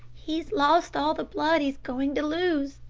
he's lost all the blood he's going to lose,